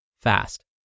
fast